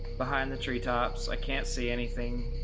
behind the treetops. i can't see anything.